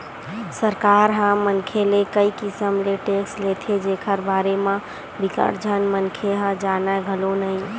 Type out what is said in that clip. सरकार ह मनखे ले कई किसम ले टेक्स लेथे जेखर बारे म बिकट झन मनखे ह जानय घलो नइ